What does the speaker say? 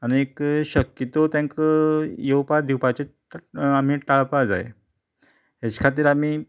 आनीक शक्यतो तेंकां येवपा दिवपाचें आमी टाळपा जाय येचे खातीर आमी